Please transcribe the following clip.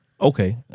Okay